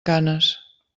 canes